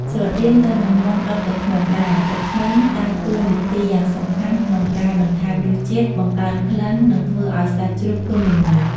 ស្រដៀងទៅនឹងមាន់ដុតទឹកឃ្មុំដែរ ទឹកឃ្មុំដើរតួនាទីយ៉ាងសំខាន់ក្នុងការបន្ថែមរសជាតិ បង្កើនក្លិន និងធ្វើឱ្យសាច់ជ្រូកទន់ល្មើយ។